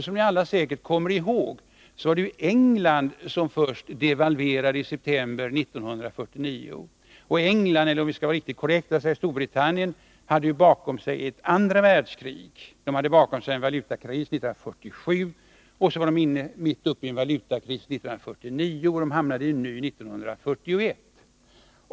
Som ni alla säkert kommer ihåg var det England eller, om vi skall vara riktigt korrekta, Storbritannien som först devalverade i september 1949. Storbritannien hade bakom sig ett andra världskrig och en valutakris 1947. Man var mitt inne i en valutakris 1949, och hamnade sedan i en ny 1951.